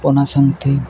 ᱚᱱᱟ ᱥᱟᱶᱛᱮ